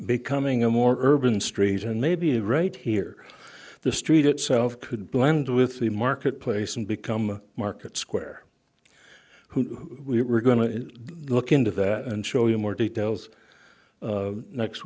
becoming a more urban street and maybe right here the street itself could blend with the marketplace and become market square who we we're going to look into that and show you more details next